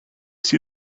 see